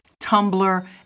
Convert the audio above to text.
Tumblr